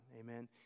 amen